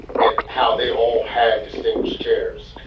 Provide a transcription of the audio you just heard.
and how they all had distinguished chairs,